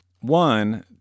One